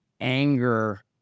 anger